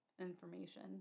information